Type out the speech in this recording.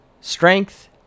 Strength